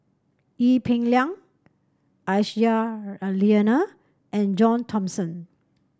Ee Peng Liang Aisyah Lyana and John Thomson